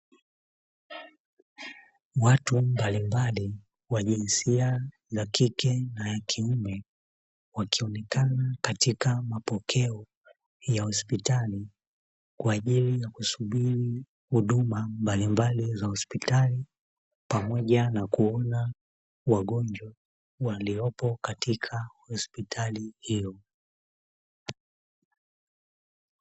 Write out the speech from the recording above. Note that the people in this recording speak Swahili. Watu mbalimbali wa jinsia ya kike na ya kiume wakionekana katika mapokeo ya hospitali kwa ajili ya kusubiri huduma mbalimbali za hospitali, pamoja na kuona wagonjwa waliopo katika hospitali hiyo.